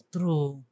True